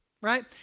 right